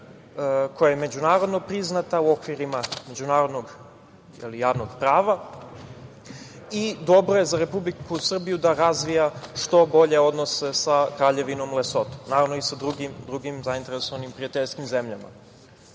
koja je međunarodno priznata u okvirima međunarodnog ili javnog prava i dobro je za Republiku Srbiju da razvija što bolje odnose sa Kraljevinom Lesoto, naravno i sa drugim zainteresovanim prijateljskim zemljama. Što